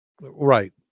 Right